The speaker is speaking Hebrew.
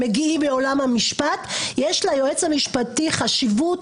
מגיעים מעולם המשפט יש ליועץ המשפטי חשיבות